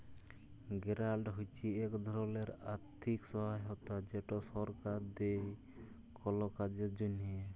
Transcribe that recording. গেরালট হছে ইক ধরলের আথ্থিক সহায়তা যেট সরকার দেই কল কাজের জ্যনহে